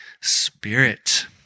Spirit